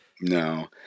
No